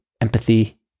empathy